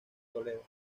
toledo